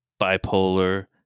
bipolar